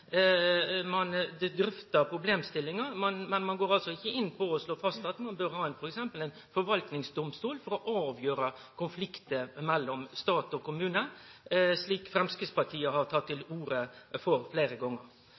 men ein går ikkje inn på det å slå fast at ein f.eks. bør ha ein forvaltingsdomstol for å avgjere konfliktar mellom stat og kommune, som Framstegspartiet har teke til orde for fleire